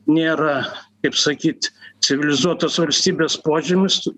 nėra kaip sakyt civilizuotos valstybės požymis